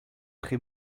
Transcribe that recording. très